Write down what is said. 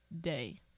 Day